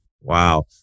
Wow